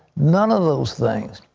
none of those things.